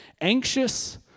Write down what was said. anxious